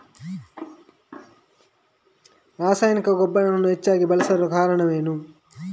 ರಾಸಾಯನಿಕ ಗೊಬ್ಬರಗಳನ್ನು ಹೆಚ್ಚಾಗಿ ಬಳಸಲು ಕಾರಣವೇನು?